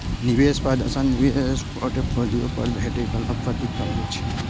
निवेश प्रदर्शन निवेश पोर्टफोलियो पर भेटै बला प्रतिफल होइ छै